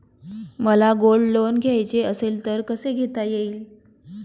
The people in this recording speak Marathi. मला गोल्ड लोन घ्यायचे असेल तर कसे घेता येईल?